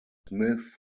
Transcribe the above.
smith